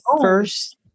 first